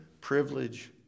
privilege